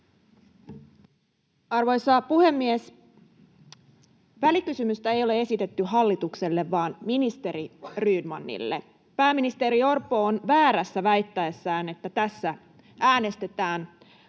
Arvoisa puhemies! Välikysymystä ei ole esitetty hallitukselle vaan ministeri Rydmanille. Pääministeri Orpo on väärässä väittäessään, että tässä äänestetään